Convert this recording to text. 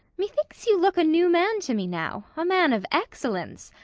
methinks you look a new man to me now, a man of excellence,